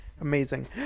amazing